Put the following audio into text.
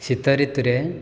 ଶୀତଋତୁରେ